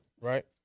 right